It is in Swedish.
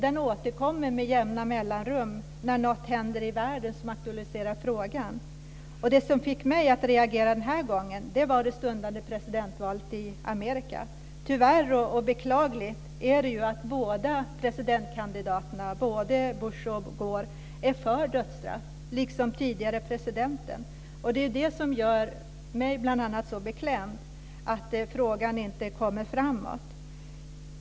Den återkommer med jämna mellanrum när något händer i världen som aktualiserar frågan. Det som fick mig att reagera den här gången var det stundande presidentvalet i Amerika. Tyvärr - det är ju beklagligt - är båda presidentkandidaterna, Bush och Gore, för dödsstraff, liksom tidigare presidenten. Det som gör mig, bl.a., så beklämd är att frågan inte kommer framåt.